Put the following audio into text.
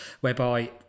whereby